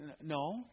no